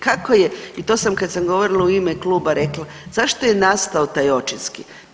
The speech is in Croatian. Kako je i to sam kad sam govorila u ime kluba rekla, zašto je nastao taj očinski?